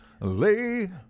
lay